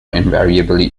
invariably